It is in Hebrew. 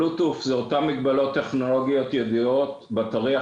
השימוש בבלוטוס יגרור את אותן מגבלות טכנולוגיות ידועות של הבטרייה,